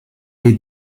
est